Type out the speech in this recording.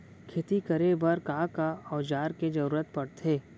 खेती करे बर का का औज़ार के जरूरत पढ़थे?